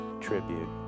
Tribute